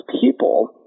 people